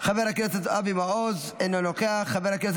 חבר הכנסת אבי מעוז, אינו נוכח,